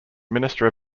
minister